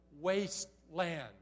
wasteland